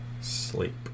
sleep